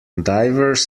divers